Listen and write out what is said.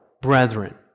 brethren